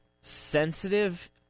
sensitive